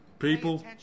People